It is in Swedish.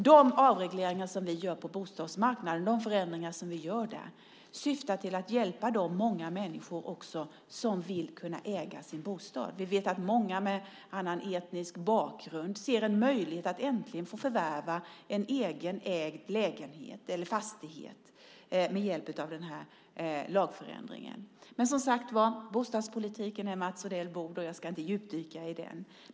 De avregleringar som vi gör på bostadsmarknaden, de förändringar som vi gör där, syftar naturligtvis till att hjälpa de många människor som vill kunna äga sin bostad. Vi vet att många med annan etnisk bakgrund ser en möjlighet att äntligen få förvärva en egenägd lägenhet eller fastighet med hjälp av den här lagförändringen. Men, som sagt var, bostadspolitiken är Mats Odells bord, och jag ska inte djupdyka i den.